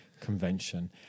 convention